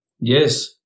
Yes